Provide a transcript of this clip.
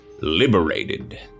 liberated